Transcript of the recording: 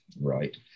Right